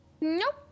Nope